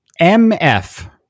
MF